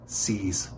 sees